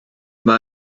mae